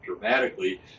dramatically